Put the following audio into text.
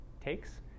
takes